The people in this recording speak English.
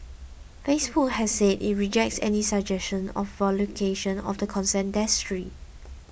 Facebook has said it rejects any suggestion of violation of the consent decree